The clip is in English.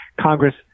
Congress